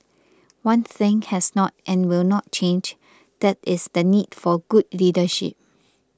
one thing has not and will not change that is the need for good leadership